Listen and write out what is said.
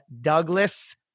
Douglas